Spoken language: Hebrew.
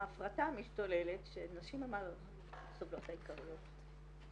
ההפרטה משתוללת כשנשים הן הסובלות העיקריות.